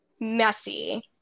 messy